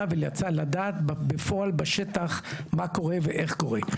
ולדעת בפועל בשטח מה קורה ואיך קורה.